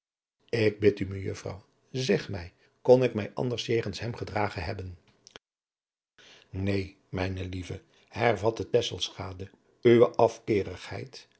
ik bid u mejuffrouw zeg mij kon ik mij anders jegens hem gedrage hebben neen mijne lieve hervatte tesselschade uwe